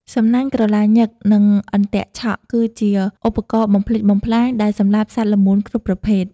សំណាញ់ក្រឡាញឹក និងអន្ទាក់ឆក់ គឺជាឧបករណ៍បំផ្លិចបំផ្លាញដែលសម្លាប់សត្វល្មូនគ្រប់ប្រភេទ។